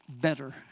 better